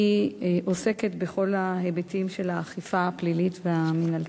שעוסקת בכל ההיבטים של האכיפה הפלילית והמינהלתית.